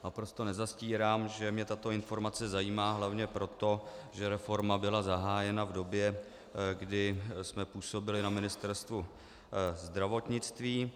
Naprosto nezastírám, že mě tato informace zajímá hlavně proto, že reforma byla zahájena v době, kdy jsme působili na Ministerstvu zdravotnictví.